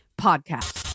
Podcast